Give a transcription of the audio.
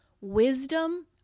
wisdom